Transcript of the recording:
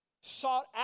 sought